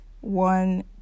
one